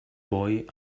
boy